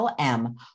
LM